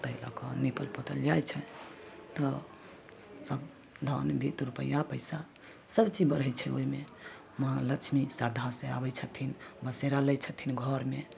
ताहि लऽ कऽ निपल पोतल जाइ छै तऽ सब धन बीत रुपैआ पइसा सबचीज बढ़ै छै ओहिमे माँ लक्ष्मी श्रद्धासँ आबै छथिन बसेरा लै छथिन घरमे